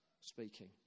speaking